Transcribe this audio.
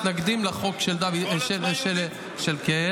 מתנגדים לחוק של -- כל עוצמה יהודית?